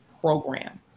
program